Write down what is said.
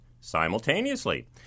simultaneously